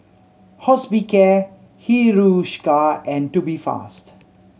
Hospicare Hiruscar and Tubifast